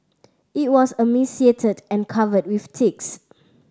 it was emaciated and covered with ticks